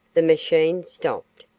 the machine stopped,